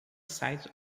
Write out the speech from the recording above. site